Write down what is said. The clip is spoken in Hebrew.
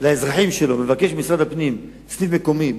לאזרחים שלו, שיבקש ממשרד הפנים סניף מקומי.